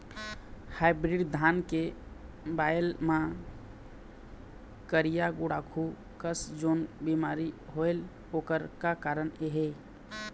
Hybrid धान के बायेल मां करिया गुड़ाखू कस जोन बीमारी होएल ओकर का कारण हे?